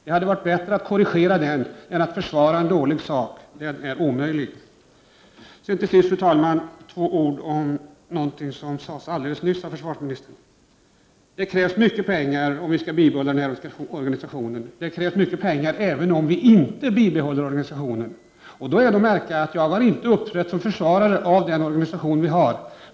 Det hade varit bättre att korrigera än att försvara en dålig eller omöjlig sak. Till sist, fru talman, några ord om någonting som försvarsministern sade alldeles nyss. Det krävs mycket pengar, om vi vill bibehålla den här organisationen, men det krävs mycket pengar, även om vi inte skall bibehålla organisationen. Då är att märka att jag inte har uppträtt som försvarare av den organisation som vi har.